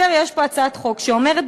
יש פה הצעת חוק שאומרת,